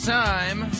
time